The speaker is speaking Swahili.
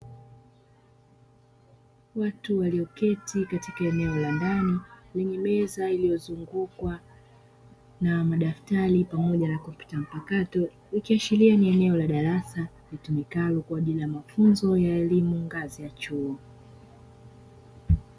Watu walioketi katika eneo la ndani lenye meza iliyozungukwa na madaftari pamoja na kompyuta mpakato, ikiashiria ni eneo la darasa litumikalo kwa ajili ya mafunzo ya elimu ngazi ya chuo.